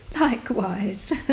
Likewise